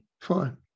Fine